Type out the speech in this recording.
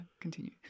Continue